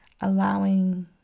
allowing